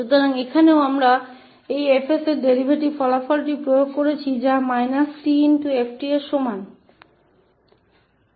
तो यहाँ भी हमने इस 𝐹𝑠 के डेरीवेटिव के इस परिणाम को −𝑡𝑓𝑡 के बराबर लागू किया है